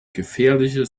gefährliche